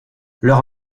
leur